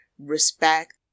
respect